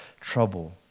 trouble